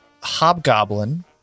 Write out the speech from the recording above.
Hobgoblin